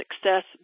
success